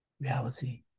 reality